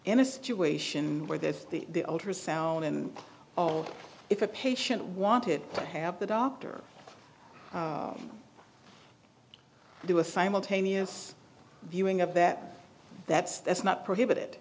in a situation where that's the ultrasound and if a patient wanted to have the doctor do a simultaneous viewing of that that's that's not prohibited